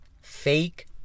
fake